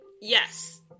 Yes